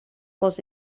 was